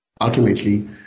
Ultimately